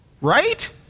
right